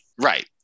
right